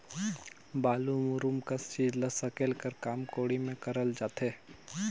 बालू, मूरूम कस चीज ल सकेले कर काम कोड़ी मे करल जाथे